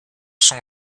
sont